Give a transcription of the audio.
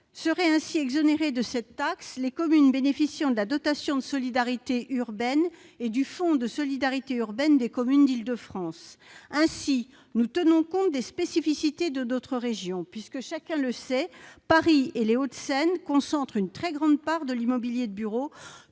Seraient ainsi exonérées de cette taxe les communes bénéficiant de la dotation de solidarité urbaine et du fonds de solidarité des communes de la région d'Île-de-France. Ainsi, nous tenons compte des spécificités de notre région, puisque, chacun le sait, Paris et les Hauts-de-Seine concentrent une très grande part de l'immobilier de bureaux,